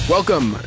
Welcome